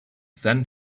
than